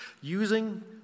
Using